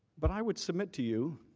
but i would submit to you